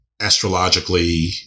astrologically